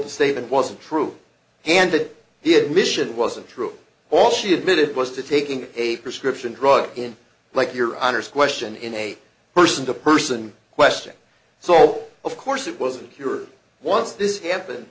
statement wasn't true and that the admission wasn't true all she admitted was to taking a prescription drug in like your honor's question in a person to person question so of course it wasn't her once this happened